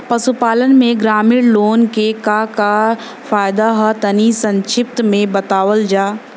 पशुपालन से ग्रामीण लोगन के का का फायदा ह तनि संक्षिप्त में बतावल जा?